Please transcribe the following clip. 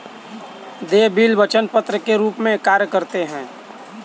देय बिल वचन पत्र के रूप में कार्य करते हैं